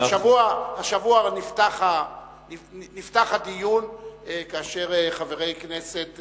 השבוע נפתח הדיון כאשר חבר הכנסת